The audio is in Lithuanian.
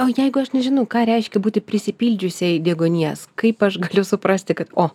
o jeigu aš nežinau ką reiškia būti prisipildžiusiai deguonies kaip aš galiu suprasti kad o